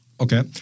Okay